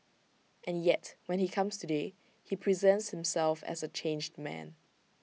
and yet when he comes today he presents himself as A changed man